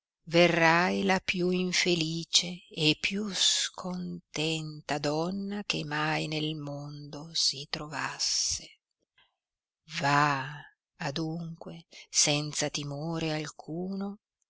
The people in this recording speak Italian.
verrai la più infelice e più scontenta donna che mai nel mondo si trovasse va adunque senza timore alcuno